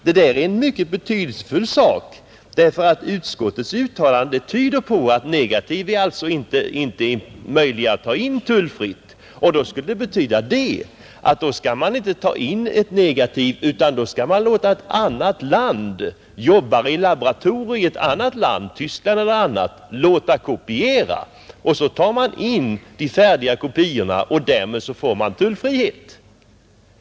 Det är en mycket betydelsefull sak, därför att utskottets uttalande tyder på att negativ inte är möjliga att ta in tullfritt, och det skulle betyda att man inte skall ta in ett negativ utan låta jobbare i laboratorier i ett annat land — Tyskland exempelvis — kopiera, och så tar man in de färdiga kopiorna och får därmed tullfrihet.